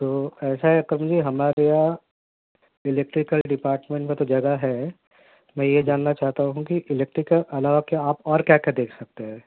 تو ایسا ہے کم جی ہمارے یہاں الیکٹریکل ڈپارٹمنٹ میں تو جگہ ہے میں یہ جاننا چاہتا ہوں کہ الیکٹرک کے علاوہ کیا آپ اور کیا کیا دیکھ سکتے ہیں